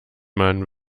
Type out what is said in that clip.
man